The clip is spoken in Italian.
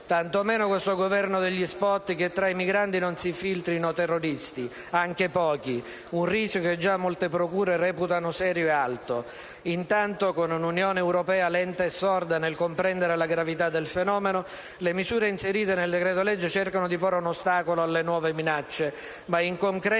tanto meno questo Governo degli *spot*, che tra i migranti non si infiltrino terroristi, anche pochi, un rischio che già molte procure reputano serio e alto. Intanto, con un'Unione europea lenta e sorda nel comprendere la gravità del fenomeno, le misure inserite nel decreto-legge cercano di porre un ostacolo alle nuove minacce. Ma in concreto,